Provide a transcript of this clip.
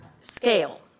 scale